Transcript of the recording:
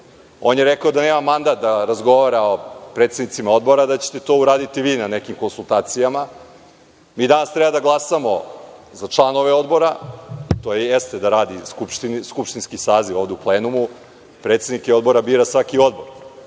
on je rekao da nema mandat da razgovara o predsednicima odbora, da ćete to uraditi vi na nekim konsultacijama. Mi danas treba da glasamo za članove odbora, to jeste, da radi skupštinski saziv ovde u plenumu. Predsednike odbora bira svaki odbor,